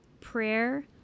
prayer